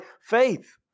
faith